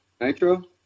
Nitro